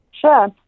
Sure